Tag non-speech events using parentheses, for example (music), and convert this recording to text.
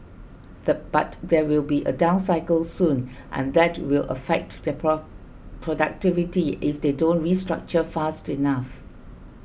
the but there will be a down cycle soon and that will affect their (unintelligible) productivity if they don't restructure fast enough